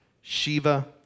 Shiva